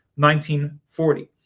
1940